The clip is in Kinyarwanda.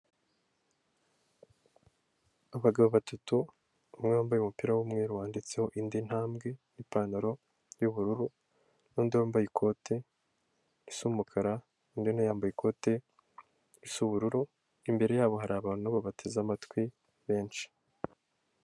Abagabo batatu umwe wambaye umupira w'umweru wanditseho indi ntambwe, n'ipantaro y'ubururu n'undi wambaye ikote risa umukara undi nawe, yambaye ikote ry'ubururu imbere yabo hari abantu babateze amatwi benshi.